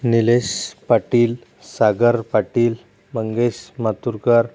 Nilesh Patil Sagar Patil Mangesh Maturkar